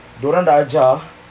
dorang dah ajar